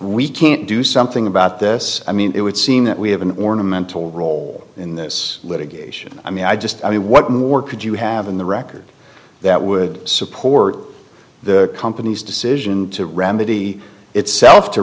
we can't do something about this i mean it would seem that we have an ornamental role in this litigation i mean i just i mean what more could you have in the record that would support the company's decision to remedy itself to